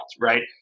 right